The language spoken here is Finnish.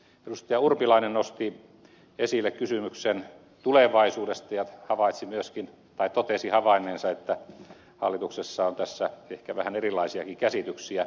urpilainen nosti esille kysymyksen tulevaisuudesta ja myös totesi havainneensa että hallituksessa on tässä ehkä vähän erilaisiakin käsityksiä